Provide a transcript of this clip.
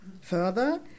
Further